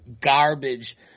garbage